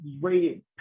rated